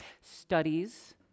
Studies